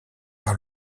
par